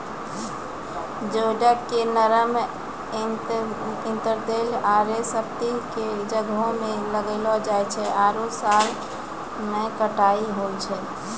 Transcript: geoduck के नरम intertidal आरो सब्तिदल जग्हो में लगैलो जाय छै आरो सात साल में कटाई होय छै